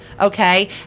okay